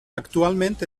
actualment